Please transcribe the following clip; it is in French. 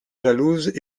jalouse